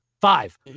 Five